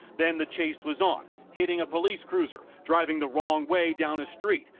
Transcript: then the chase was on, hitting a police cruiser, driving the wrong way down a street,